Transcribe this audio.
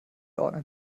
ordnen